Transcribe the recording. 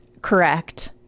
Correct